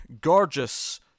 Gorgeous